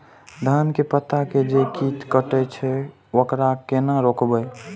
धान के पत्ता के जे कीट कटे छे वकरा केना रोकबे?